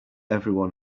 everyone